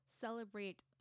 celebrate